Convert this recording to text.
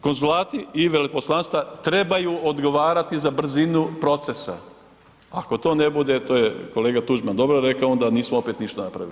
Konzulati i veleposlanstva trebaju odgovarati za brzinu procesa, ako to ne bude, to je kolega Tuđman dobro rekao, onda nismo opet ništa napravili.